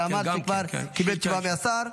שאמר שכבר קיבל תשובה מהשר.